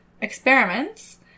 experiments